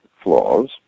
flaws